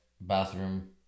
bathroom